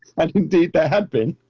and indeed there had been.